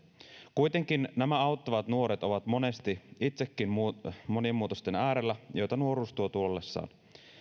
kuitenkin nämä auttavat nuoret ovat monesti itsekin monien muutosten äärellä joita nuoruus tuo tullessaan